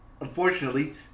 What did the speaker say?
unfortunately